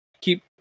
keep